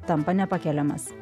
tampa nepakeliamas